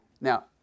Now